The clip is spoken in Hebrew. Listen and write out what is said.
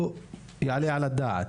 זה לא יעלה על הדעת.